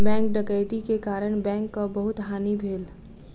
bank डकैती के कारण बैंकक बहुत हानि भेल